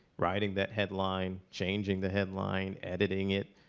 writing that headline, changing the headline, editing it,